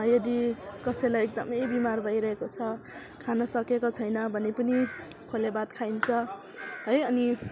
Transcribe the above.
यदि कसैलाई एकदमै बिमार भइरहेको छ खान सकेको छैन भने पनि खोले भात खाइन्छ है अनि